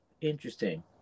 Interesting